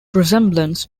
resemblance